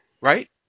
Right